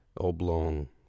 oblong